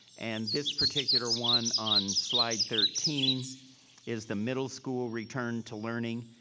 and this particular one on slide thirteen is the middle school returned to learning.